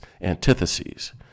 Antitheses